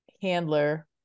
handler